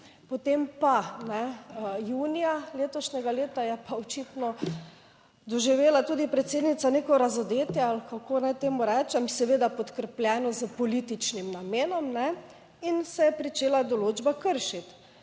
Potem pa, ne, junija letošnjega leta je pa očitno doživela tudi predsednica neko razodetje ali kako naj temu rečem, seveda podkrepljeno s političnim namenom, in se je pričela določba kršiti,